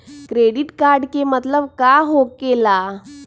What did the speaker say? Credit card के मतलब का होकेला?